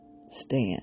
stand